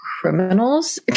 criminals